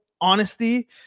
honesty